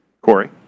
Corey